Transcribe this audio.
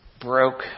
broke